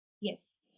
Yes